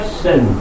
sin